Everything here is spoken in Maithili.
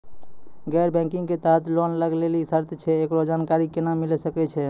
गैर बैंकिंग के तहत लोन लए लेली की सर्त छै, एकरो जानकारी केना मिले सकय छै?